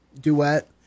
duet